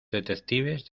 detectives